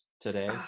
today